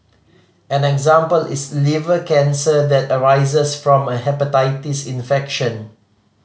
and an example is liver cancer that arises from a hepatitis infection